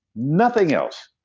nothing else.